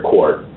Court